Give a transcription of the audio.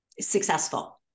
successful